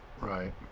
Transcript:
Right